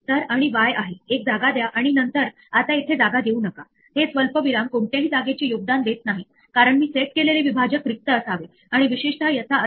तरआपण या except statement कडे परत वळूया नंतर आपण असे म्हटले की अरे जर इथे बी च्या स्कोरसला एस सोबत ट्राय ब्लॉक मध्ये जोडले तर आपण एक एन्ट्री बी चा स्कोर बरोबर एस असे तयार करतो